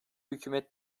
hükümet